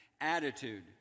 Attitude